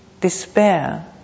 despair